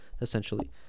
essentially